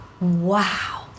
wow